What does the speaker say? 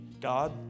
God